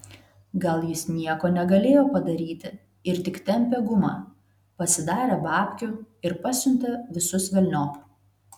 gal jis nieko negalėjo padaryti ir tik tempė gumą pasidarė babkių ir pasiuntė visus velniop